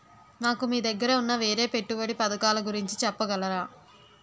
నాకు మీ దగ్గర ఉన్న వేరే పెట్టుబడి పథకాలుగురించి చెప్పగలరా?